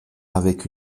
avec